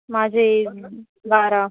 माझे बारा